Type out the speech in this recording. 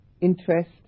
interest